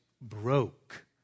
broke